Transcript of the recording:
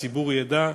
הציבור ידע,